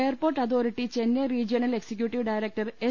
airport authority Chennai regional executive director S